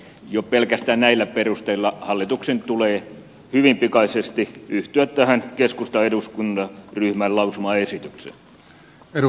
jo pelkästään näillä perusteilla hallituksen tulee hyvin pikaisesti yhtyä tähän keskustan eduskuntaryhmän lausumaesitykseen